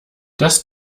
das